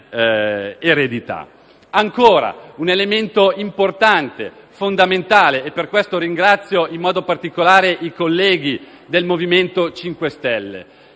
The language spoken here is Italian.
ancora un elemento importante, fondamentale, e per questo ringrazio in modo particolare i colleghi del MoVimento 5 Stelle.